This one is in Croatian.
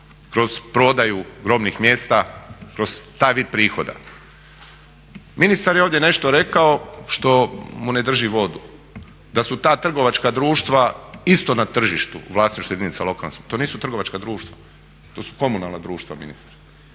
kroz prodaju grobnih mjesta, kroz taj vid prihoda. Ministar je ovdje nešto rekao što mu ne drži vodu, da su ta trgovačka društva isto na tržištu u vlasništvu jedinica lokalne. To nisu trgovačka društva, to su komunalna društva ministre